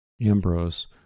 Ambrose